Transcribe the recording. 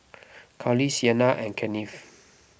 Carly Sienna and Kennith